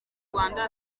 rwanda